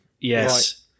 yes